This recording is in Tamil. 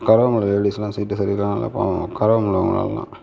உட்காரவே முடியலை லேடீஸெல்லாம் சீட்டு சரியில்லை எல்லாம் பாவம் உட்காரவே முடியலை அவங்களாலலாம்